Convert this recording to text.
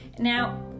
Now